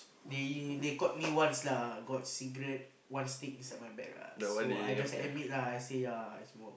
they they caught me once lah got cigarette one stick inside my bag ah so I just admit lah I say ya I smoke